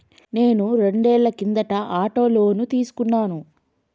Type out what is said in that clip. నేను రెండేళ్ల కిందట ఆటో లోను తీసుకున్నాను